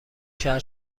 شهر